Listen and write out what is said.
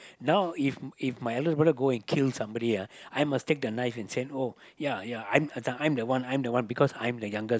now if if my elder brother go and kill somebody ah I must take the knife and say oh ya ya I'm I'm the one I'm the one because I'm the youngest